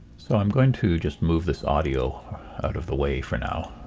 so, i'm going to just move this audio out of the way for now.